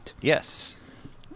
Yes